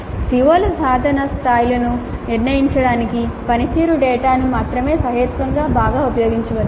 CO ల సాధన స్థాయిలను నిర్ణయించడానికి పనితీరు డేటాను మాత్రమే సహేతుకంగా బాగా ఉపయోగించవచ్చు